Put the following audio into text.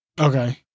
Okay